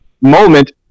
moment